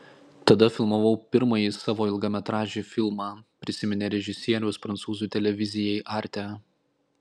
tada filmavau pirmąjį savo ilgametražį filmą prisiminė režisierius prancūzų televizijai arte